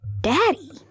daddy